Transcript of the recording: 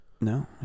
No